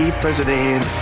president